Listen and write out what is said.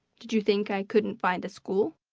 did you think i couldn't find a school?